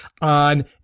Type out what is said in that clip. on